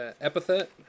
epithet